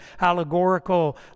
allegorical